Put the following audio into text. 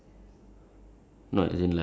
how many more cards you have left ah